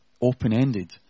open-ended